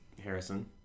Harrison